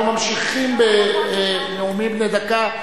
אנחנו ממשיכים בנאומים בני דקה.